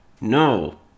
no